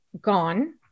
gone